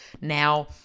now